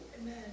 Amen